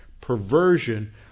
perversion